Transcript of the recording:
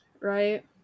right